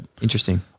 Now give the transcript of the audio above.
Interesting